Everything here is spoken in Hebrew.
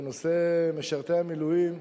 בנושא משרתי המילואים,